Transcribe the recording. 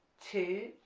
two,